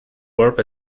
worth